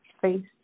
face